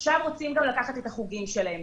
עכשיו רוצים לקחת גם את החוגים שלהם.